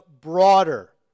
broader